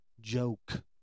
joke